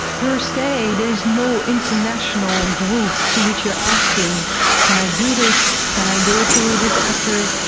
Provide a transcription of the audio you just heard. per se there is no international group to which you are asking can i do this, can i go to this asteroid,